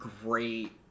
great